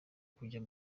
kujya